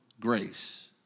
grace